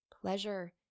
Pleasure